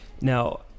Now